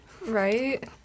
Right